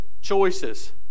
choices